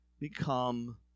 become